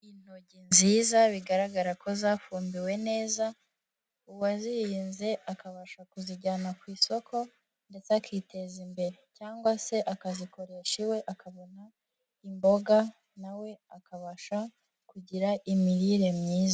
Intoryi nziza bigaragara ko zafumbiwe neza, uwazihinze akabasha kuzijyana ku isoko, ndetse akiteza imbere. Cyangwa se akazikoresha iwe akabona imboga, na we akabasha kugira imirire myiza.